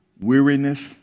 weariness